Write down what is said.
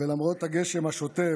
ולמרות הגשם השוטף,